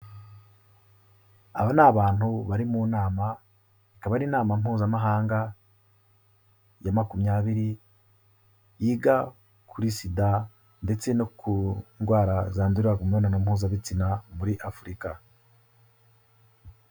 Aba ni abantu bari mu nama, ikaba ari inama Mpuzamahanga ya makumyabiri, yiga kuri SIDA ndetse no ku ndwara zandurira mu mibonano mpuzabitsina muri Afurika.